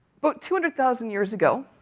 but two hundred thousand years ago,